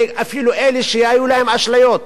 אפילו אלה שהיו להם אשליות